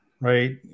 right